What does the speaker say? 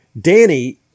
Danny